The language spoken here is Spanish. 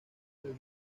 del